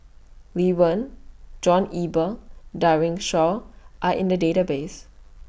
Lee Wen John Eber Daren Shiau Are in The Database